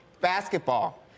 basketball